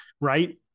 right